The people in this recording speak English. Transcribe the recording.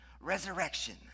resurrection